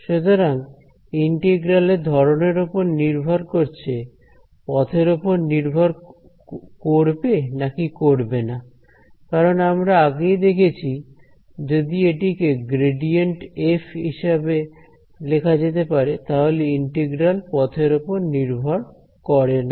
সুতরাং ইন্টিগ্রাল এর ধরনের ওপর নির্ভর করছে পথের ওপর নির্ভর করবে নাকি করবে না কারণ আমরা আগেই দেখেছি যদি এটিকে গ্রেডিয়েন্ট এফ হিসেবে লেখা যেতে পারে তাহলে ইন্টিগ্রাল পথের ওপর নির্ভর করে না